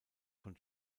von